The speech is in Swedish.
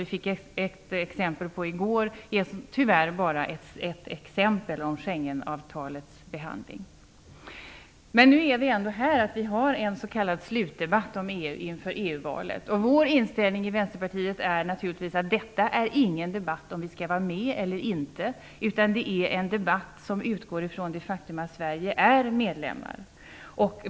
Det fick vi ett exempel på i går - tyvärr bara ett exempel - när det gäller Schengenavtalets behandling. Men nu är vi ändå här. Vi har en s.k. slutdebatt om EU inför EU-valet. Vår inställning i Vänsterpartiet är naturligtvis att detta inte är någon debatt om huruvida vi skall vara med eller inte, utan detta är en debatt som utgår ifrån det faktum att Sverige är medlem.